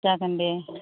जागोन दे